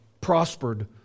prospered